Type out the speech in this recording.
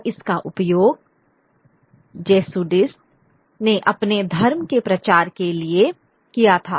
और इसका उपयोग जेसुइट्स ने अपने धर्म के प्रचार के लिए किया था